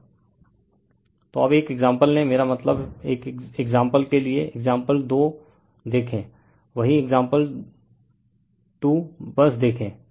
refer slide time 2721 तो अब एक एक्साम्पल लें मेरा मतलब एक्साम्पल के लिए एक्साम्पल 2 देखें वही एक्साम्पल 2 बस देखें